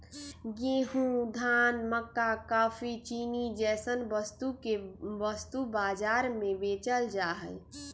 गेंहूं, धान, मक्का काफी, चीनी जैसन वस्तु के वस्तु बाजार में बेचल जा हई